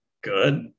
good